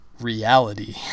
reality